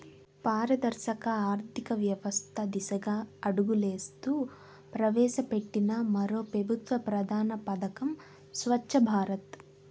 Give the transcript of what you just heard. పారదర్శక ఆర్థికవ్యవస్త దిశగా అడుగులేస్తూ ప్రవేశపెట్టిన మరో పెబుత్వ ప్రధాన పదకం స్వచ్ఛ భారత్